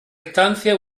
instancia